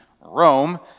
Rome